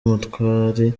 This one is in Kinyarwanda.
ubutwari